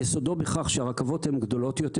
יסודו בכך שהרכבות הן גדולות יותר.